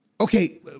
okay